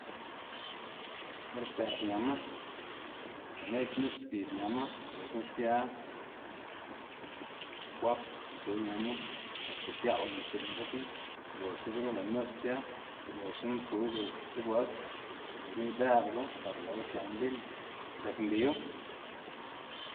Or xdë'b ñama gane'c̲h̲ nis xbib ñama loxna sia fab tsu ñama, axta gia'l mtsi'n dzekna uloxga dzekna lë' nis sia, uloxgana tsuga sti bueld loxna idë'bugu par lë'wu xia'n limpio, c̲h̲ak mbiwu.